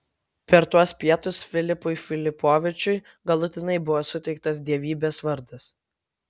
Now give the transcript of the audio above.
per tuos pietus filipui filipovičiui galutinai buvo suteiktas dievybės vardas